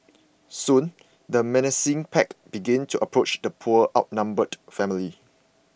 soon the menacing pack began to approach the poor outnumbered family